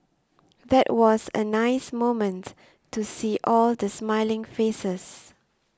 that was a nice moment to see all the smiling faces